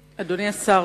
השר,